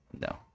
no